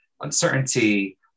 uncertainty